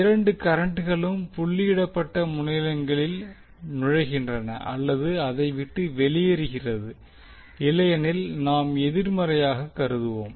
இரண்டு கரண்ட்களும் புள்ளியிடப்பட்ட முனையங்களில் நுழைகின்றன அல்லது அதை விட்டு வெளியேறுகிறது இல்லையெனில் நாம் எதிர்மறையாகக் கருதுவோம்